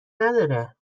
نداره